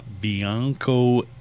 Bianco